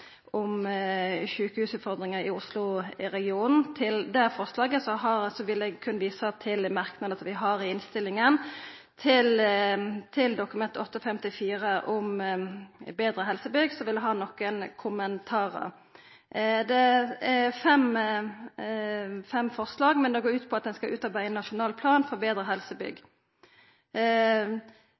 om sjukehusutfordringar i Oslo-regionen. Til det forslaget vil eg berre visa til dei merknadene vi har i innstillinga. Til Dokument 8:54 S, om betre helsebygg, har eg nokre kommentarar. Forslaget går ut på at ein skal utarbeida ein nasjonal plan for betre helsebygg.